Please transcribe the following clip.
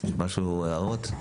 משהו, הערות?